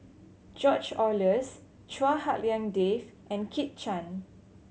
George Oehlers Chua Hak Lien Dave and Kit Chan